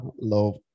love